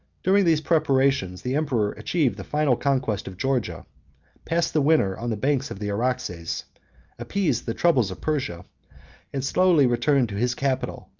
during these preparations, the emperor achieved the final conquest of georgia passed the winter on the banks of the araxes appeased the troubles of persia and slowly returned to his capital,